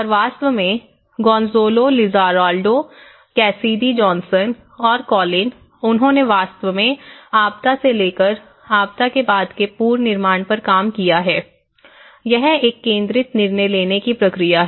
और वास्तव में गोंज़ालो लिज़ाराल्डे कैसिडी जॉनसन और कॉलिन उन्होंने वास्तव में आपदा से लेकर आपदा के बाद के पुनर्निर्माण पर काम किया है यह एक केंद्रित निर्णय लेने की प्रक्रिया है